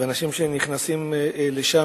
ואנשים שנכנסים לשם,